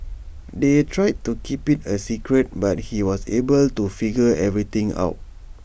they tried to keep IT A secret but he was able to figure everything out